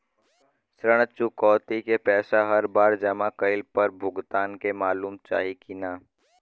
ऋण चुकौती के पैसा हर बार जमा कईला पर भुगतान के मालूम चाही की ना?